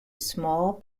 small